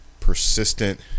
persistent